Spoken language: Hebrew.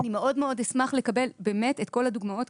אני מאוד מאוד אשמח לקבל באמת את כל הדוגמאות,